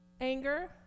Anger